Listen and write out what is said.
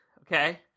Okay